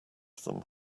them